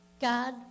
God